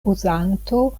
uzanto